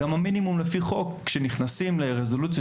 גם המינימום לפי חוק כשנכנסים לרזולוציות